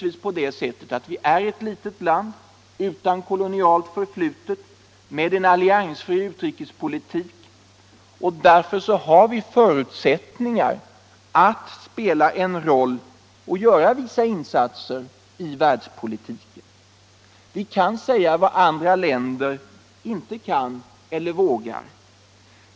Vi är ju ett litet land utan kolonialt förflutet och med en alliansfri utrikespolitik. Därför har vi förutsättningar att spela en roll och göra vissa insatser i världspolitiken. Vi kan säga vad andra länder inte kan eller vågar.